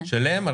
שילם,